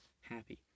happy